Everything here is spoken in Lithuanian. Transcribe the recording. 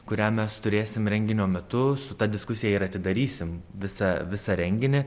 kurią mes turėsim renginio metu su ta diskusija ir atidarysim visą visą renginį